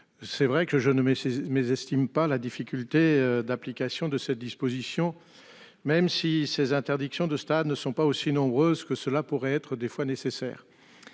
ne mais c'est mésestime pas la difficulté d'application de cette disposition. Même si ces interdictions de stade ne sont pas aussi nombreuses que cela pourrait être des fois nécessaire.